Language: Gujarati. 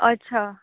અચ્છા